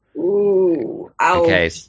Okay